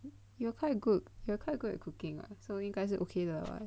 you are quite good you are quite good at cooking [what] so 应该是 ok 的 [what]